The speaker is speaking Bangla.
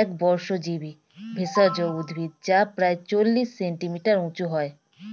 একবর্ষজীবি ভেষজ উদ্ভিদ যা প্রায় চল্লিশ সেন্টিমিটার উঁচু হয়